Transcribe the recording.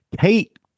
Kate